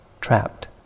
trapped